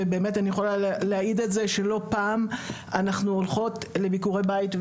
ובאמת אני יכולה להעיד על זה שלא פעם אנחנו הולכות לביקורי בית,